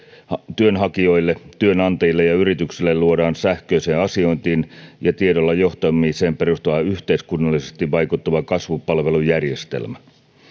työnhakijoille työnantajille ja yrityksille luodaan sähköiseen asiointiin ja tiedolla johtamiseen perustuva yhteiskunnallisesti vaikuttava kasvupalvelujärjestelmä